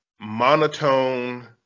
monotone